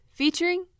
featuring